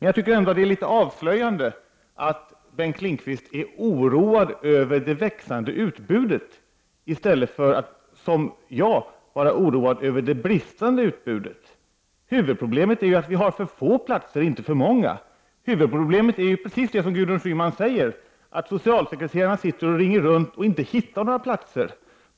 Jag tycker ändå att det är lite avslöjande att Bengt Lindqvist är oroad över det växande utbudet i stället för att som jag vara oroad över det bristande utbudet. Huvudproblemet är att vi har för få platser — inte för många. Huvudproblemet är precis det som Gudrun Schyman säger: Att socialsekreterarna sitter och ringer runt och inte hittar några platser.